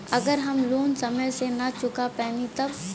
अगर हम लोन समय से ना चुका पैनी तब?